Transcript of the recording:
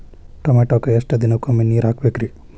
ಟಮೋಟಾಕ ಎಷ್ಟು ದಿನಕ್ಕೊಮ್ಮೆ ನೇರ ಬಿಡಬೇಕ್ರೇ?